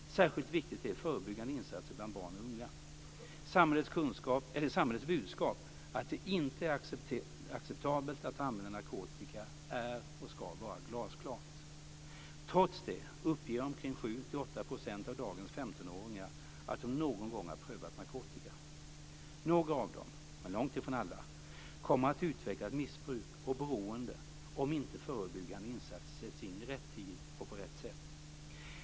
Särskilt viktigt är förebyggande insatser bland barn och unga. Samhällets budskap att det inte är acceptabelt att använda narkotika är och ska vara glasklart. Trots det uppger 7-8 % av dagens 15-åringar att de någon gång har prövat narkotika. Några av dem - men långt ifrån alla - kommer att utveckla ett missbruk och beroende om inte förebyggande insatser sätts in i rätt tid och på rätt sätt.